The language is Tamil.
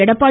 எடப்பாடி